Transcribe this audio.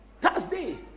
Thursday